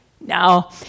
Now